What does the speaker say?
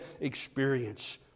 experience